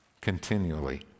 continually